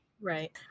Right